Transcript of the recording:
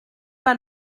pas